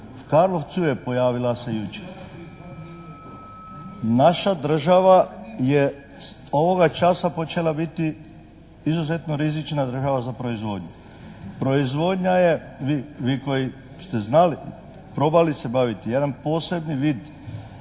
U Karlovcu je pojavila se jučer. Naša država je ovoga časa počela biti izuzetno rizična država za proizvodnju. Proizvodnja je, vi koji ste znali, probali se baviti, jedan posebni vid